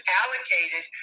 allocated